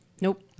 Nope